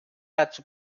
dazu